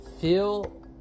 feel